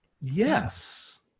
Yes